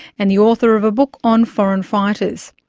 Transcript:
and the author of a book on foreign fighters.